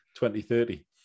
2030